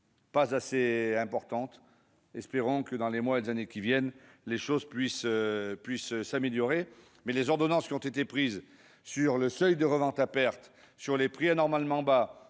pas suffisant. Espérons que, dans les mois et les années qui viennent, la situation s'améliore. Les ordonnances qui ont été prises sur le seuil de revente à perte, sur les prix anormalement bas,